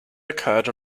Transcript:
occurred